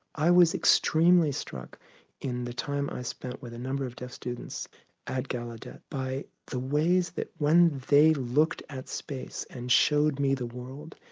i was extremely struck in the time i spent with a number of deaf students at gallaudet by the ways that when they looked at space and showed me the world,